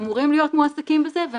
אמורים להיות מועסקים בזה.